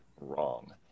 wrong